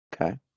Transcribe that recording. Okay